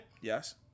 Yes